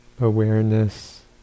awareness